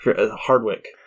Hardwick